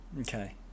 Okay